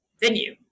venue